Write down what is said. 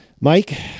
Mike